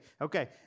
Okay